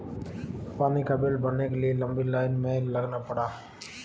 पानी का बिल भरने के लिए लंबी लाईन में लगना पड़ा